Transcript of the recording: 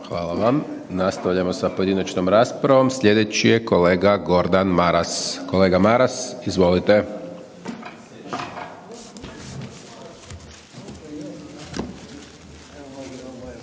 Hvala vam. Nastavljamo sa pojedinačnom raspravom. Sljedeći je kolega Gordan Maras, kolega Maras, izvolite.